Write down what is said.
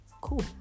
Cool